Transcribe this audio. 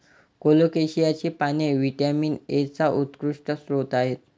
कोलोकेसियाची पाने व्हिटॅमिन एचा उत्कृष्ट स्रोत आहेत